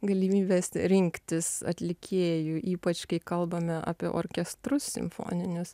galimybės rinktis atlikėjų ypač kai kalbame apie orkestrus simfoninius